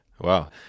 Wow